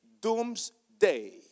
doomsday